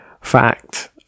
fact